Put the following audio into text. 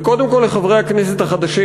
וקודם כול לחברי הכנסת החדשים,